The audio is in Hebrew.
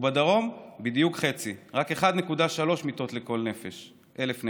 ובדרום בדיוק חצי, רק 1.3 מיטות לכל 1,000 נפש.